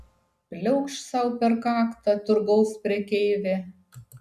pliaukšt sau per kaktą turgaus prekeivė